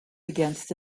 against